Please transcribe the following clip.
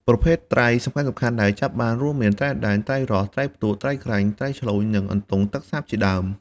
ប្រភេទត្រីសំខាន់ៗដែលចាប់បានរួមមាន ត្រីអណ្ដែង ត្រីរស់ ត្រីផ្ទក់ ត្រីក្រាញ់ ត្រីឆ្លូញ និង អន្ទង់ទឹកសាបជាដើម។